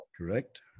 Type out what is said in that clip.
Correct